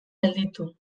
gelditu